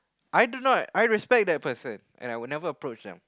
I do not I respect that person and I would never approach them